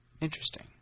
Interesting